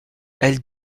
elle